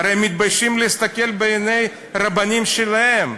הרי הם מתביישים להסתכל בעיני הרבנים שלהם.